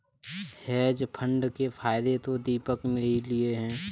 hedge fund के फायदे तो दीपक ने ही लिए है